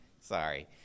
sorry